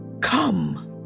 Come